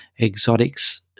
exotics